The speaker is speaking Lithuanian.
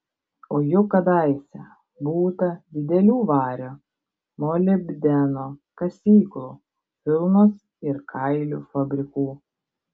o juk kadaise būta didelių vario molibdeno kasyklų vilnos ir kailių fabrikų